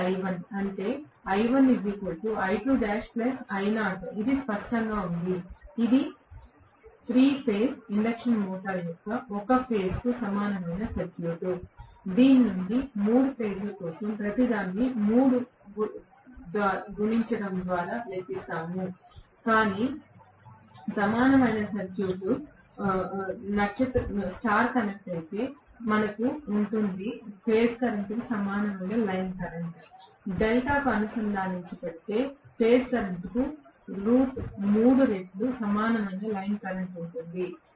ఏది I1 అంటే ఇది స్పష్టంగా ఉంది ఇది 3 ఫేజ్ ఇండక్షన్ మోటారు యొక్క ఒక ఫేజ్కు సమానమైన సర్క్యూట్ దీని నుండి 3 ఫేజ్ల కోసం ప్రతిదాన్ని 3 గుణించడం ద్వారా లెక్కిస్తాము కాని నక్షత్రం కనెక్ట్ అయితే మనకు ఉంటుంది ఫేజ్ కరెంట్కు సమానమైన లైన్ కరెంట్ డెల్టా అనుసంధానించబడి ఉంటే ఫేజ్ కరెంట్కు రెట్లు సమానమైన లైన్ కరెంట్ ఉంటుంది